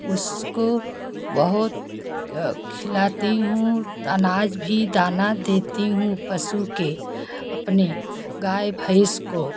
उसको बहुत खिलाती हूँ अनाज भी दाना देती हूँ पशु के अपने गाय भैंस को